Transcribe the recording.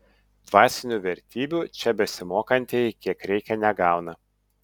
dvasinių vertybių čia besimokantieji kiek reikia negauna